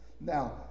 Now